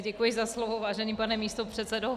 Děkuji za slovo, vážený pane místopředsedo.